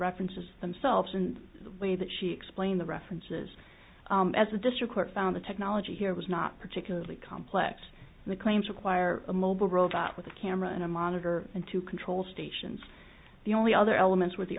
references themselves and the way that she explained the references as a district court found the technology here was not particularly complex the claims require a mobile robot with a camera and a monitor and to control stations the only other elements w